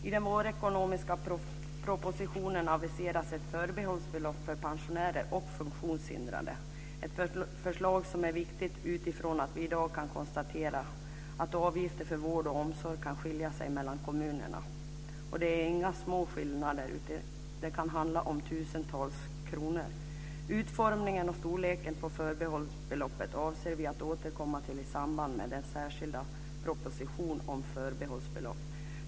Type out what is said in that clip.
I vårpropositionen aviseras ett förbehållsbelopp för pensionärer och funktionshindrade, ett förslag som är viktigt utifrån att vi i dag kan konstatera att avgifter för vård och omsorg kan skilja sig mellan kommunerna. Det är inga små skillnader, utan det kan handla om tusentals kronor. Utformningen av och storleken på förbehållsbeloppet avser vi att återkomma till i samband med den särskilda propositionen om förbehållsbelopp.